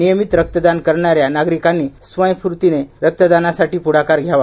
नियमीत रक्तदान करणाऱ्या नागरिकांनी स्वयंस्फूर्तीने रक्तदानासाठी प्ढाकार घ्यावा